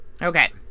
Okay